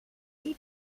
射击